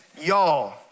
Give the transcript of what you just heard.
y'all